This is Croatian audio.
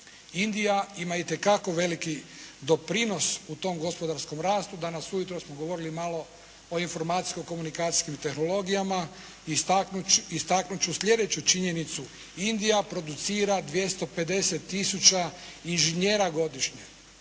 Indija ima itekako veliki doprinos u tom gospodarskom rastu. Danas ujutro smo govorili malo o informacijsko komunikacijskim tehnologijama. Istaknuti ću sljedeću činjenicu. Indija producira 250 tisuća inženjera godišnje,